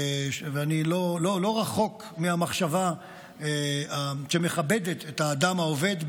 ואני לא רחוק מהמחשבה שמכבדת את האדם העובד,